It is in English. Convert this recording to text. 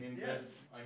Yes